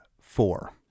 four